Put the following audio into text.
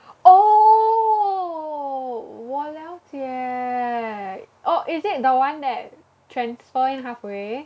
oh 我了解 oh is it the one that transfer in halfway